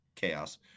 chaos